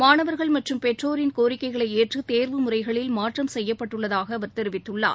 மாணவர்கள் மற்றும் பெற்றோரின் கோரிக்கைகளை ஏற்று தேர்வு முறைகளில் மாற்றம் செய்யப்பட்டுள்ளதாக அவர் தெரிவித்துள்ளார்